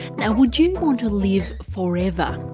now would you want to live forever?